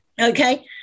Okay